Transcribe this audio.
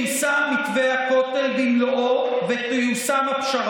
ומחובר אליו בכל נימי נפשו.